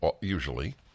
usually